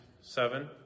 seven